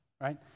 right